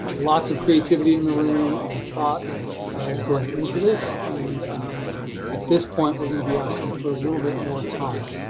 ah lots of creativity in the room and thought is going into this and at this point, we're going to be asking for little bit more time.